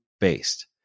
based